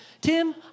Tim